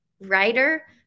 writer